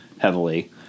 heavily